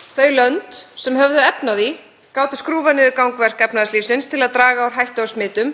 Þau lönd sem höfðu efni á því gátu skrúfað niður gangverk efnahagslífsins til að draga úr hættu á smitum,